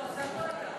זה הכול אתה.